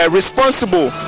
responsible